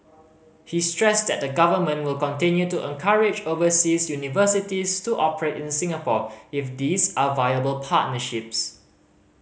he stressed that the Government will continue to encourage overseas universities to operate in Singapore if these are viable partnerships